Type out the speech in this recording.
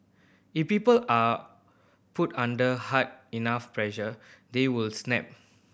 if people are put under hard enough pressure they will snap